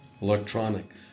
electronic